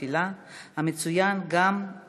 הצעות לסדר-היום מס' 6561,